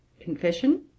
Confession